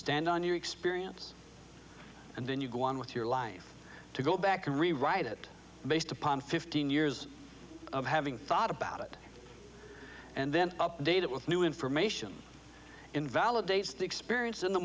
stand on your experience and then you go on with your life to go back and rewrite it based upon fifteen years of having thought about it and then update it with new information invalidates the experience in the